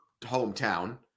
hometown